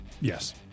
Yes